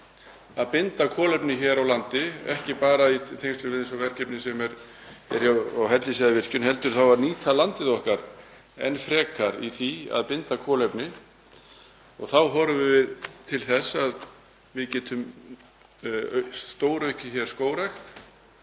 að binda kolefni hér á landi, ekki bara í tengslum við t.d. verkefni sem er byrjað hjá Hellisheiðarvirkjun heldur að nýta landið okkar enn frekar í því að binda kolefni og þá horfum við til þess að við getum stóraukið skógrækt